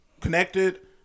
connected